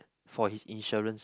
for his insurance